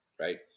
right